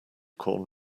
corn